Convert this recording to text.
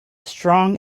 strong